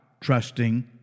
trusting